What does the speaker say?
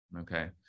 Okay